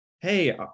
hey